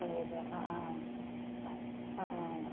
അതെ അതെ ആ ആ ആ ആ